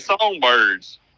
songbirds